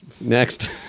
Next